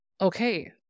okay